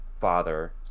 father